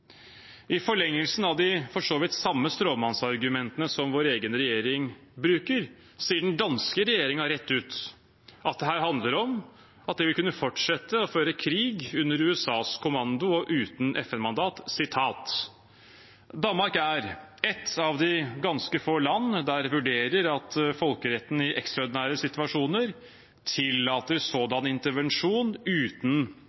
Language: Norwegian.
I forlengelsen av de for så vidt samme stråmannsargumentene som vår egen regjering bruker, sier den danske regjeringen rett ut at dette handler om at de vil kunne fortsette å føre krig under USAs kommando og uten FN-mandat: «Danmark er et af de ganske få lande, der vurderer, at folkeretten i ekstraordinære